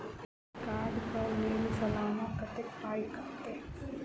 Debit card कऽ लेल सलाना कत्तेक पाई कटतै?